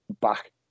back